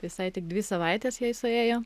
visai tik dvi savaitės jai suėjo